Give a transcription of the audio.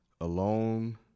Alone